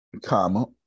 comma